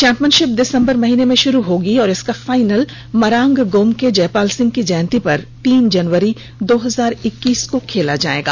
championship दिसंबर माह में शुरू होगी और इसका फाइनल मैच मरांग गोमके जयपाल सिंह की जयंती पर तीन जनवरी दो हजार ईक्कीस को खेला जायेगा